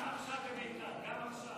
בביתר גם עכשיו, גם עכשיו.